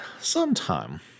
sometime